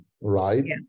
right